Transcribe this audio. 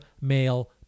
male